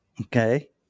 Okay